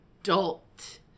adult